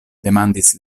demandis